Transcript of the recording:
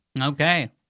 Okay